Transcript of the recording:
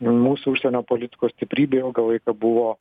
mūsų užsienio politikos stiprybė ilgą laiką buvo